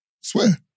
Swear